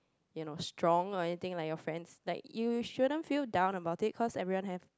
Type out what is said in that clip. you know strong or anything like your friends like you shouldn't feel down about it cause everyone have